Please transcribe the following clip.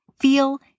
feel